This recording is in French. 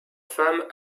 femme